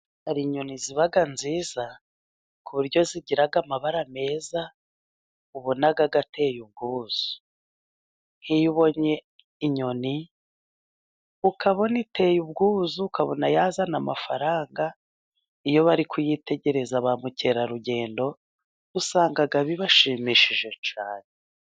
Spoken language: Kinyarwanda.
Hari inyoni ziba nziza, ku buryo zigira amabara meza ubona ateye ubwuzu. Nk'iyo ubonye inyoni, ukabona iteye ubwuzu, ukabona yazana amafaranga. Iyo bari kuyitegereza, ba mukerarugendo usanga bibashimishije cyane.